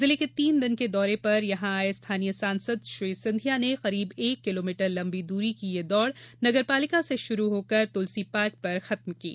जिले के तीन दिन के दौरे पर यहां आए स्थानीय सांसद श्री सिंधिया ने करीब एक किलोमीटर लंबी दूरी की यह दौड़ नगरपालिका से शुरू हो कर तुलसी पार्क पर खत्म हुई